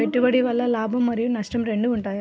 పెట్టుబడి వల్ల లాభం మరియు నష్టం రెండు ఉంటాయా?